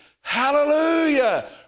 Hallelujah